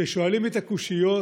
ששואלים את הקושיות,